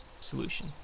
solution